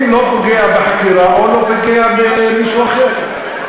אם זה לא פוגע בחקירה או לא פוגע במישהו אחר.